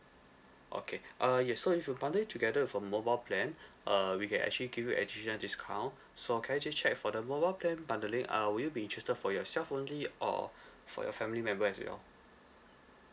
okay uh yes so if you bundle it together with our mobile plan uh we can actually give you additional discount so can I just check for the mobile plan bundling uh would you be interested for yourself only or for your family member as well